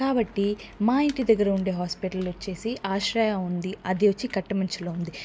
కాబట్టి మా ఇంటి దగ్గర ఉండే హాస్పిటల్ వచ్చేసి ఆశ్రయ ఉంది అది వచ్చి కట్టమంచిలో ఉంది